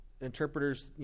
interpreters